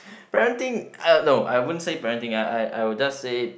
parenting uh no I won't say parenting I I I will just say